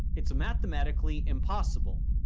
it's mathematically impossible.